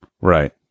Right